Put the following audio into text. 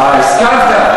הסכמת,